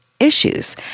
issues